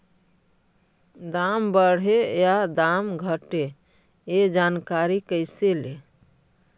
दाम बढ़े या दाम घटे ए जानकारी कैसे ले?